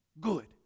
good